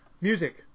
music